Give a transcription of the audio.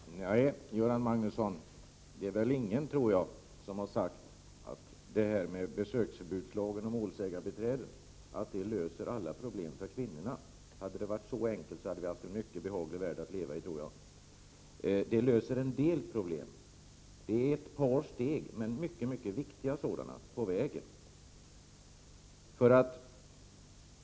Herr talman! Nej, Göran Magnusson, det är väl ingen som har sagt att besöksförbudslagen och målsägarbiträdet skulle lösa alla problem för kvinnorna. Hade det varit så enkelt, hade vi haft en mycket behaglig värld att leva i. Det löser en del problem. Det är ett par, mycket viktiga steg på vägen.